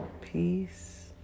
peace